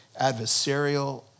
adversarial